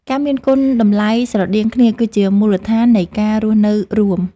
ការមានគុណតម្លៃស្រដៀងគ្នាគឺជាមូលដ្ឋាននៃការរស់នៅរួម។